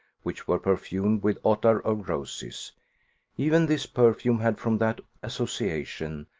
which were perfumed with ottar of roses even this perfume had, from that association,